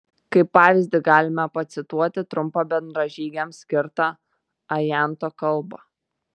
kaip pavyzdį galime pacituoti trumpą bendražygiams skirtą ajanto kalbą